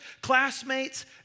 classmates